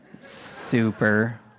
Super